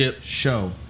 show